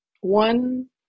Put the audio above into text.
one